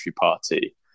Party